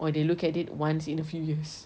or they look at it once in a few years